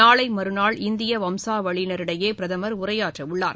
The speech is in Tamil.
நாளை மறுநாள் இந்திய வம்சாவளியினரிடையே பிரதமர் உரையாற்றவுள்ளார்